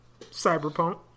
Cyberpunk